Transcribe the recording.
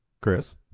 Chris